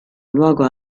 luogo